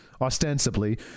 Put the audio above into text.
ostensibly